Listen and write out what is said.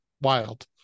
wild